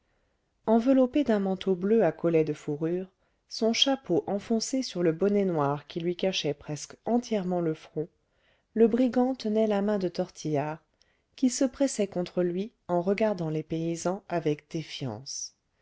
enveloppé d'un manteau bleu à collet de fourrure son chapeau enfoncé sur le bonnet noir qui lui cachait presque entièrement le front le brigand tenait la main de tortillard qui se pressait contre lui en regardant les paysans avec défiance